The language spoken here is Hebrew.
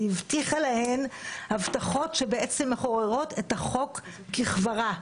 והבטיחה להן הבטחות שבעצם מחוררות את החוק ככברה,